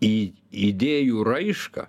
į idėjų raišką